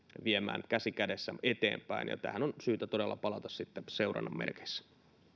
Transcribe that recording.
viemään käsi kädessä eteenpäin ja tähän on syytä todella palata sitten seurannan merkeissä